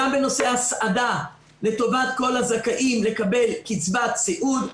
גם בנושא הסעדה לטובת כל הזכאים לקבל קצבת סיעוד,